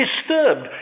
disturbed